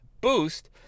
Boost